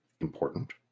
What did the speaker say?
important